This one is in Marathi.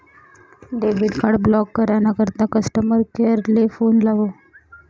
डेबिट कार्ड ब्लॉक करा ना करता कस्टमर केअर ले फोन लावो